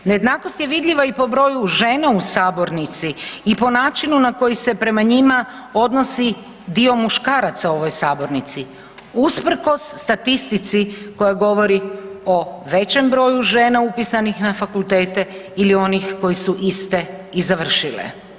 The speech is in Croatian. Nejednakost je vidljiva i po broju žena u sabornici i po načinu na koji se prema njima odnosi dio muškaraca u ovoj sabornici, usprkos statistici koja govori o većem broju žena upisanih na fakultete ili onih koji su iste i završile.